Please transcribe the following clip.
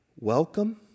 welcome